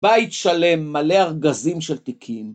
בית שלם, מלא ארגזים של תיקים